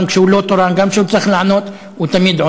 גם כשהוא לא תורן,